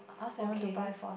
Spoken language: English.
okay